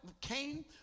Cain